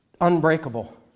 unbreakable